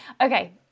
Okay